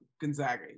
Gonzaga